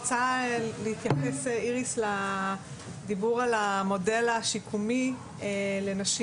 להתייחס איריס לדיבור על המודל השיקומי לנשים